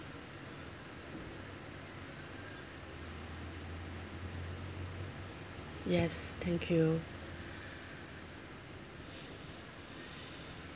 yes thank you